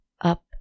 up